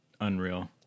Unreal